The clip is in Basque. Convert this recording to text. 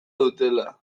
dutela